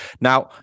Now